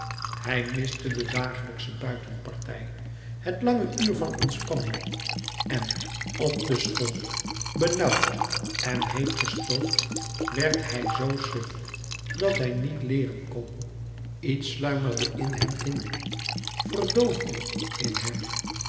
hij miste de dagelijksche buitenpartij het lange uur van ontspanning en op de school louis couperus metamorfoze benauwd en heet gestookt werd hij zoo suf dat hij niet leeren kon iets sluimerde in hem in verdoofde in hem